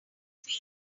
feel